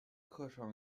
课程